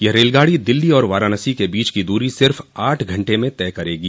यह रेलगाड़ी दिल्ली और वाराणसी के बीच की दूरी सिफ आठ घंटे में तय करेगी